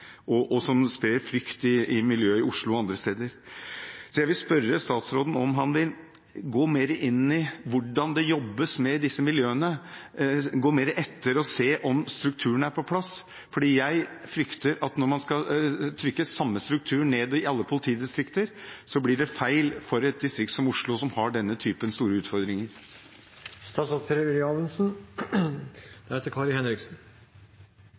og som sprer frykt i miljøet i Oslo og andre steder. Jeg vil spørre statsråden om han vil gå mer inn i hvordan det jobbes med disse miljøene – gå mer etter og se om en god struktur er på plass – for jeg frykter at når man skal trykke samme strukturen ned i alle politidistrikter, blir det feil for et distrikt som Oslo, som har denne typen store utfordringer.